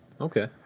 Okay